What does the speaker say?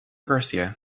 garcia